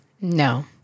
No